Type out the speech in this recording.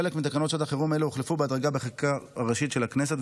חלק מתקנות שעת חירום אלה הוחלפו בהדרגה בחקיקה ראשית של הכנסת,